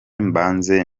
mbanze